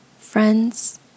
friends